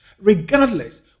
Regardless